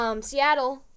Seattle